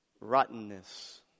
rottenness